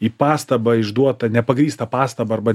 į pastabą išduotą nepagrįstą pastabą arba